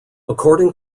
according